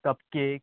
cup cake